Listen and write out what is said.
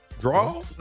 Draw